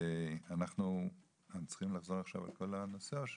אנחנו צריכים לחזור עכשיו על כל הנושא?